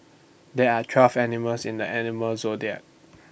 there are twelve animals in the animal zodiac